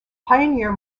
pioneer